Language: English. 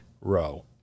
Row